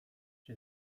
czy